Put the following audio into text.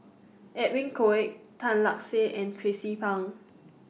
Edwin Koek Tan Lark Sye and Tracie Pang